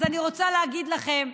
אז אני רוצה להגיד לכם,